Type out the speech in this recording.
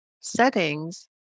settings